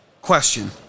question